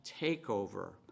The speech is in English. takeover